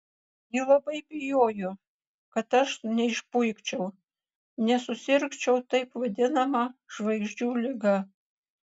ji labai bijojo kad aš neišpuikčiau nesusirgčiau taip vadinama žvaigždžių liga